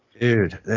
Dude